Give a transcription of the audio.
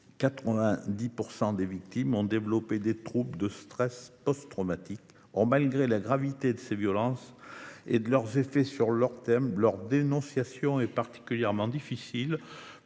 90 % des victimes développent des troubles de stress post traumatique. Or, malgré la gravité de ces violences et leurs effets sur le long terme, leur dénonciation est particulièrement difficile.